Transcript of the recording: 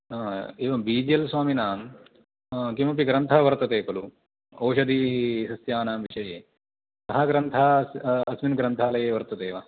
हा एवं बिजिएल् स्वामिनां किमपि ग्रन्थः वर्तते खलु ओषदीसस्यानां विषये सः ग्रन्थः अस्मिन् ग्रन्थालये वर्तते वा